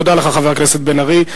תודה לך, חבר הכנסת בן-ארי.